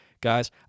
Guys